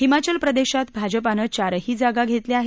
हिमाचल प्रदेशात भाजपाने चारही जागा घेतल्या आहेत